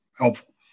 helpful